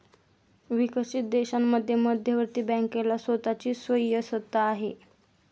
विकसित देशांमध्ये मध्यवर्ती बँकेला स्वतः ची स्वायत्तता आहे